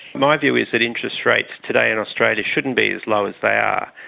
my view is that interest rates today in australia shouldn't be as low as they are.